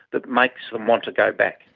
that makes them want to go back.